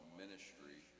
ministry